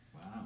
Wow